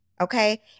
Okay